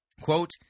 Quote